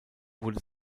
wurde